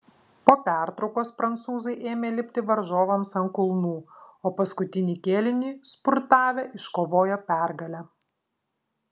po pertraukos prancūzai ėmė lipti varžovams ant kulnų o paskutinį kėlinį spurtavę iškovojo pergalę